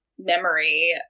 memory